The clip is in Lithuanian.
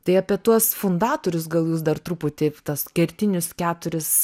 tai apie tuos fundatorius gal jūs dar truputį tas kertinis keturis